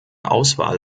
auswahl